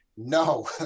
No